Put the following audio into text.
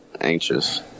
anxious